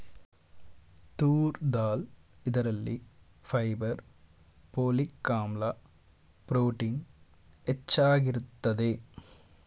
ತೂರ್ ದಾಲ್ ಇದರಲ್ಲಿ fibre, folic ಆಮ್ಲ, ಪ್ರೋಟೀನ್ ಹೆಚ್ಚಾಗಿರುತ್ತದೆ